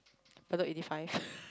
Bedok eighty five